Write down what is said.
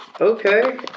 Okay